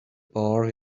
bar